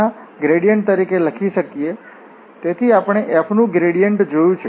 તેથી આપણે f નું ગ્રેડિયન્ટ જોયુ છે